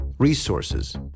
resources